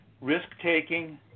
risk-taking